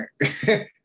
right